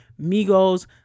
Migos